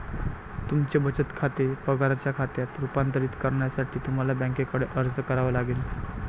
तुमचे बचत खाते पगाराच्या खात्यात रूपांतरित करण्यासाठी तुम्हाला बँकेकडे अर्ज करावा लागेल